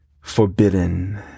forbidden